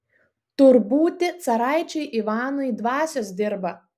tur būti caraičiui ivanui dvasios dirba